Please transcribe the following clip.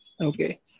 Okay